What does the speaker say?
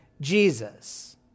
Jesus